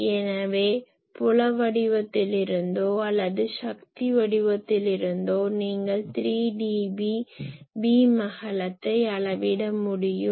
எனவே புல வடிவத்திலிருந்தோ அல்லது சக்தி வடிவத்திலிருந்தோ நீங்கள் 3 dB பீம் அகலத்தை அளவிட முடியும்